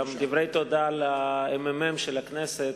גם דברי תודה לממ"מ של הכנסת,